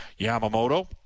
Yamamoto